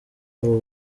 abo